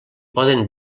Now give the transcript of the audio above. poden